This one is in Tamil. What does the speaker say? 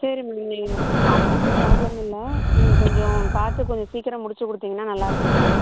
சரி மேம் நீங்கள் அமௌன்ட் ப்ராப்ளம் இல்லை நீங்கள் கொஞ்சம் பார்த்து கொஞ்சம் சீக்கரம் முடிச்சு கொடுத்திங்கன்னா நல்லாயிருக்கும் மேம்